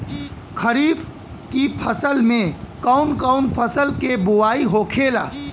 खरीफ की फसल में कौन कौन फसल के बोवाई होखेला?